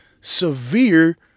severe